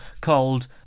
Called